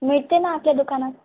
मिळते ना आपल्या दुकानात